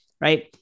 right